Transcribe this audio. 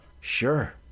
sure